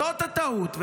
זאת הטעות.